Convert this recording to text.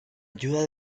ayuda